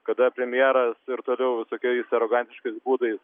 kada premjeras ir toliau visokiais arogantiškais būdais